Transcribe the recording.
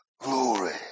Glory